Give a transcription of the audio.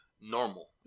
normal